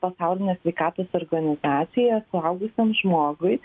pasaulinės sveikatos organizaciją suaugusiam žmogui